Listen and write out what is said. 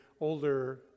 older